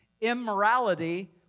Immorality